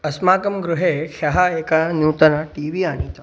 अस्माकं गृहे ह्यः एकं न्यूतनं टी वी आनीतं